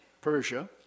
Persia